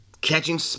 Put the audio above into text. catching